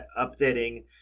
updating